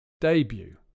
debut